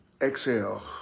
exhale